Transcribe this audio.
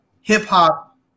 hip-hop